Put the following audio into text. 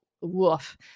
woof